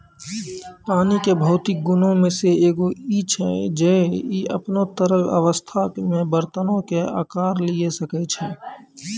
पानी के भौतिक गुणो मे से एगो इ छै जे इ अपनो तरल अवस्था मे बरतनो के अकार लिये सकै छै